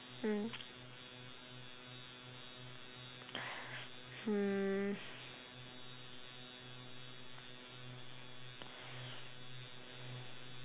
hmm